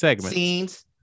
scenes